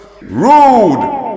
RUDE